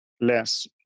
less